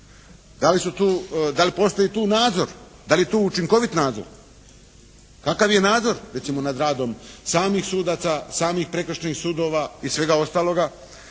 da li postoji tu nadzor, da li je tu učinkovit nadzor. Kakav je nadzor recimo nad radom samih sudaca, samim prekršajnih sudova i svega ostaloga